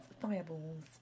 fireballs